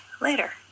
later